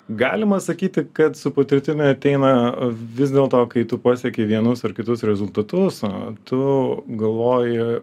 galima sakyti kad su patirtimi ateina vis dėl to kai tu pasekei vienus ar kitus rezultatus tu galvoji